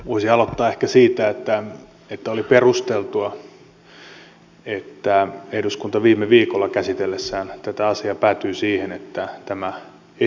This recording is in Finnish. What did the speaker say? voisin aloittaa ehkä siitä että oli perusteltua että eduskunta viime viikolla käsitellessään tätä asiaa päätyi siihen että tämä esitys jätetään pöydälle